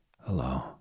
hello